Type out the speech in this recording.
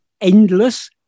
endless